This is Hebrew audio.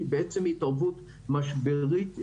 היא בעצם התערבות משברית,